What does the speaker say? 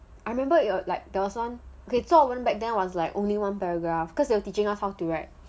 I remember like there was 作文 back then was like only one paragraph cause they were teaching us how to write